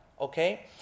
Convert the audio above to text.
okay